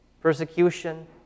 persecution